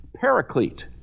paraclete